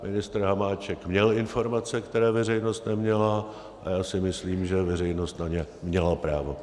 Ministr Hamáček měl informace, které veřejnost neměla, a já si myslím, že veřejnost na ně měla právo.